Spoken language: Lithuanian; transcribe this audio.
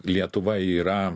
lietuva yra